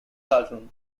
cartoon